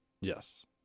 Yes